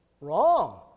Wrong